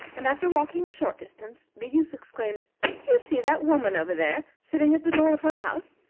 and after walking a short distance the youth exclaimed do you see that woman over there sitting at the door of her house?